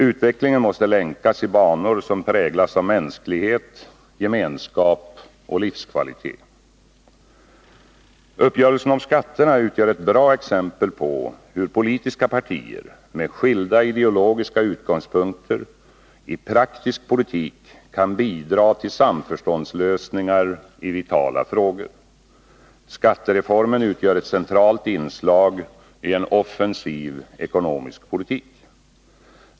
Utvecklingen måste länkas i banor, som präglas av mänsklighet, gemenskap och livskvalitet. Uppgörelsen om skatterna utgör ett bra exempel på hur politiska partier med skilda ideologiska utgångspunkter i praktisk politik kan bidra till samförståndslösningar i vitala frågor. Skattereformen utgör ett centralt inslag i en offensiv ekonomisk politik.